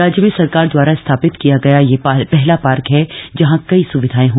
राज्य में सरकार दवारा स्थापित किया गया यह पहला पार्क है जहां कई सुविधाएं हैं